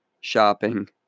shopping